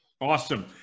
Awesome